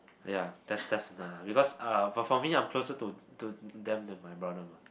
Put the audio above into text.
ya that's definite lah uh but for me I'm closer to to them than my brother mah